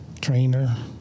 trainer